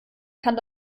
kann